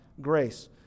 grace